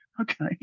Okay